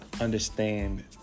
understand